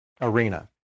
arena